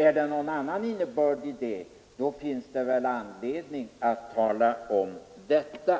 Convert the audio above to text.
Är det någon annan innebörd i det, finns det väl anledning att tala om detta.